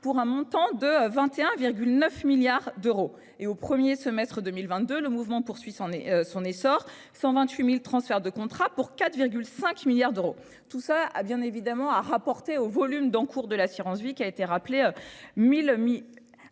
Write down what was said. pour un montant de 21,9 milliards d'euros et au 1er semestre 2022 le mouvement poursuit son et son essor 128.000 transfert de contrat pour 4 5 milliards d'euros. Tout ça a bien évidemment a rapporté au volume d'encours de l'assurance-vie qui a été rappelé 1000 mi-.